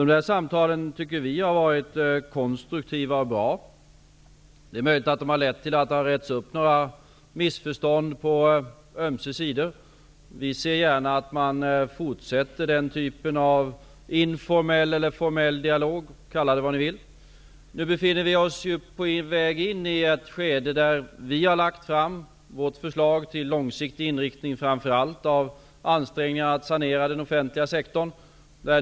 Dessa samtal har varit, som vi tycker, konstruktiva och bra. Det är möjligt att de har lett till att några missförstånd på ömse sidor har retts upp. Vi ser gärna att den typen av informell eller formell dialog -- kalla det vad man vill -- fortsätter. Nu befinner vi oss på väg in i ett skede där vi har lagt fram vårt förslag till långsiktig inriktning framför allt när det gäller ansträngningar att sanera den offentliga sektorn.